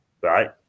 right